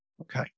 Okay